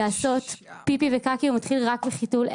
לעשות פיפי וקקי הוא מתחיל רק בחיתול.